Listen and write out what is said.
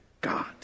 God